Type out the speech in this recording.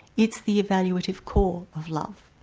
it's the evaluative core of love.